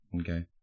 Okay